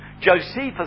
Josephus